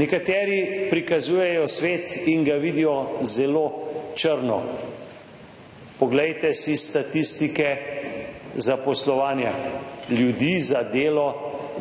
Nekateri prikazujejo svet in ga vidijo zelo črno. Poglejte si statistike zaposlovanja ljudi, za delo,